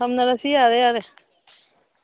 ꯊꯝꯅꯔꯁꯤ ꯌꯥꯔꯦ ꯌꯥꯔꯦ